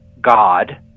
God